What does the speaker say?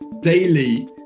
daily